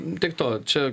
tiek to čia